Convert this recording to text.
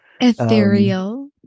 Ethereal